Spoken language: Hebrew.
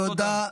תודה.